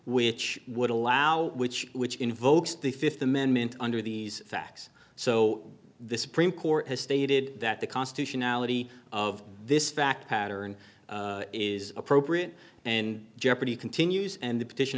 which would allow which which invokes the fifth amendment under these facts so the supreme court has stated that the constitution ality of this fact pattern is appropriate and jeopardy continues and the petition